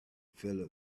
philip